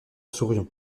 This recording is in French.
souriant